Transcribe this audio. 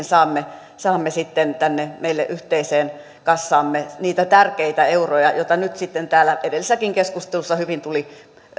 saamme saamme sitten tänne meille yhteiseen kassaamme niitä tärkeitä euroja joista täällä nyt edellisessäkin keskustelussa hyvin tuli